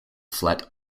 flat